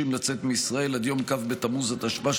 לצאת מישראל עד יום כ' בתמוז התשפ"א,